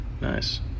Nice